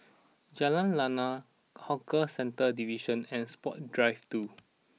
Jalan Lana Hawker Centres Division and Sports Drive two